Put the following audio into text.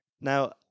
now